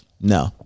no